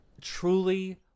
truly